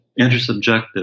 intersubjective